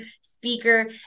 speaker